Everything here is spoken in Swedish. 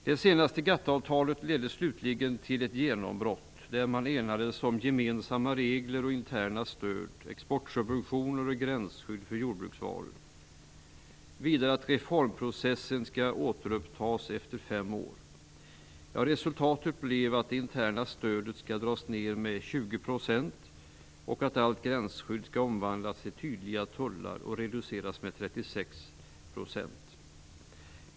Det senaste GATT-avtalet ledde slutligen till ett genombrott. Man enades om gemensamma regler för interna stöd, exportsubventioner och gränsskydd för jordbruksvaror. Vidare skall reformprocessen återupptas efter fem år. Resultatet blev att det interna stödet skall dras ned med 20 % och att allt gränsskydd skall omvandlas till tydliga tullar och reduceras med 36 %.